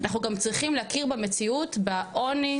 אנחנו גם צריכים להכיר במציאות בעוני,